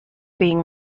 being